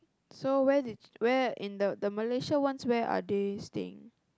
so where did where in the the Malaysia ones where are they staying